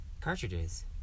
Cartridges